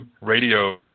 radio